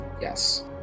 Yes